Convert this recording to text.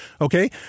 Okay